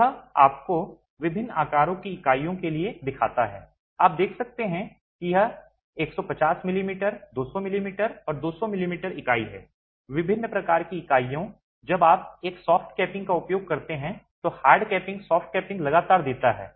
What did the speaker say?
तो यह आंकड़ा आपको विभिन्न आकारों की इकाइयों के लिए दिखाता है आप देख सकते हैं कि यह 150 मिमी 200 मिमी और 200 मिमी इकाई है विभिन्न प्रकार की इकाइयाँ जब आप एक सॉफ्ट कैपिंग का उपयोग करते हैं तो हार्ड कैपिंग सॉफ्ट कैपिंग लगातार देता है